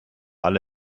alle